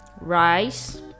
rice